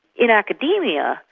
in acadaemia,